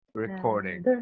Recording